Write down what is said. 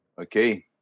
Okay